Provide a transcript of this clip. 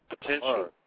Potential